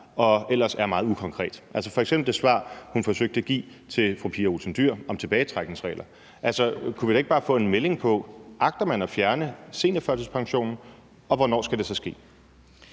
og ellers er meget ukonkrete. Det gælder f.eks. det svar, hun forsøgte at give til fru Pia Olsen Dyhr om tilbagetrækningsregler. Altså, kunne vi da ikke bare få en melding om, om man agter at fjerne seniorførtidspensionen, og hvornår det så skal